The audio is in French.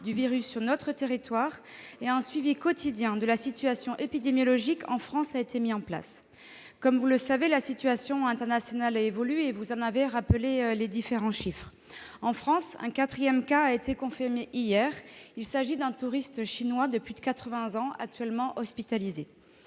du virus sur notre territoire et un suivi quotidien de la situation épidémiologique en France a été mis en place. Comme vous le savez, la situation internationale a évolué, vous en avez rappelé les différents chiffres. En France, un quatrième cas a été confirmé hier. Il s'agit d'un touriste chinois de plus de 80 ans, actuellement hospitalisé.